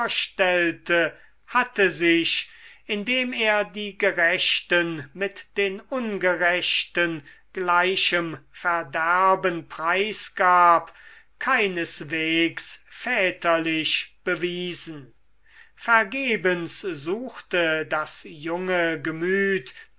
vorstellte hatte sich indem er die gerechten mit den ungerechten gleichem verderben preisgab keineswegs väterlich bewiesen vergebens suchte das junge gemüt